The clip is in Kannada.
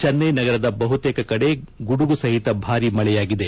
ಚೆನ್ನೈ ನಗರದ ಬಹುತೇಕ ಕಡೆ ಗುಡುಗುಸಹಿತ ಭಾರಿ ಮಳೆಯಾಗಿದೆ